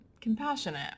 compassionate